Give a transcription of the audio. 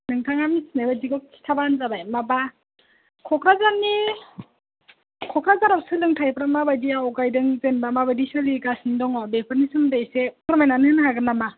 नोंथाङा मिथिनाय बायदिखौ खिथाब्लानो जाबाय माबा क'क्राझारनि क'क्राझाराव सोलोंथाइफोर माबायदि आवगायदों जेन'बा माबायदि सोलिगासिनो दङ बेफोरनि सोमोन्दै एसे फोरमायनानै होनो हागोन नामा